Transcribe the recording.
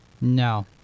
No